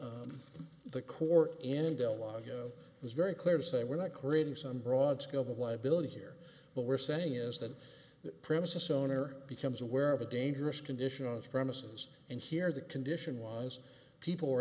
the the court and del lago was very clear to say we're not creating some broad scope of liability here what we're saying is that the premises owner becomes aware of a dangerous condition on the premises and here the condition was people were